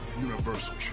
Universal